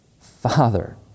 Father